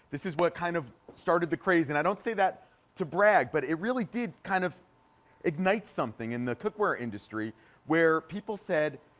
this is what kind of started the craze. and i don't say that to brag but it did kind of ignite something in the cookware industry where people said,